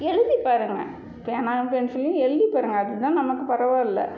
எழுதிப்பாருங்க பேனா பென்சில்லேயும் எழுதிப்பாருங்க அதுதான் நமக்கு பரவாயில்ல